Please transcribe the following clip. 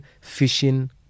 fishing